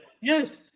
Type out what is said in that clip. yes